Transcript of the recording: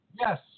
Yes